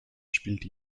spielt